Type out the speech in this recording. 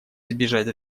избежать